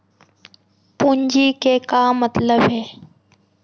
पूंजी के का मतलब हे?